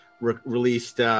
released